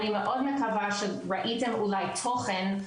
אני מאוד מקווה שראיתם אולי תוכן,